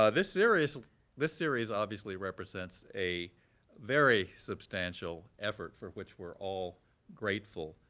ah this series this series obviously represents a very substantial effort for which we're all grateful,